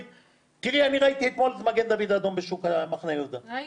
ראיתי אתמול את מגן דוד אדום בשוק מחנה יהודה -- ראיתי.